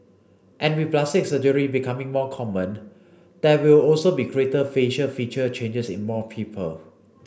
and with plastic surgery becoming more common there will also be greater facial feature changes in more people